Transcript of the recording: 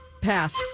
pass